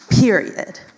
period